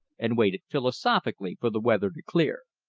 and waited philosophically for the weather to clear.